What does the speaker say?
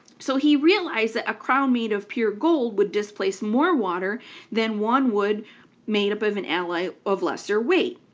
so he realized that a crown made of pure gold would displace more water than one would made up of an alloy of lesser weight.